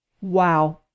Wow